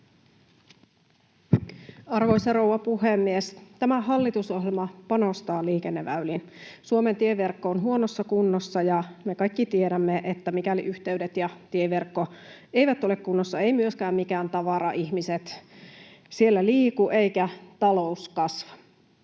Arvoisa rouva puhemies! Tämä hallitusohjelma panostaa liikenneväyliin. Suomen tieverkko on huonossa kunnossa, ja me kaikki tiedämme, että mikäli yhteydet ja tieverkko eivät ole kunnossa, ei myöskään mikään tavara, ihmiset, siellä liiku eikä talous kasva.